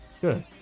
Good